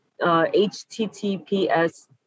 https